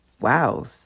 wow